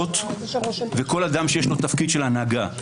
וכל אדם שיש לו תפקיד של הנהגה.